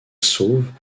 sauvent